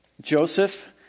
Joseph